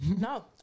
no